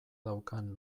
daukan